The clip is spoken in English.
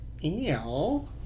Ew